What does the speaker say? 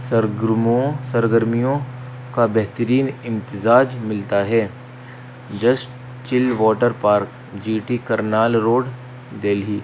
سرگرمیوں سرگرمیوں کا بہترین امتزاج ملتا ہے Just Chill Water Park G T Karnal road Delhi